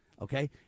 okay